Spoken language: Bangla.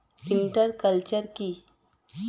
ইন্টার কালচার কি?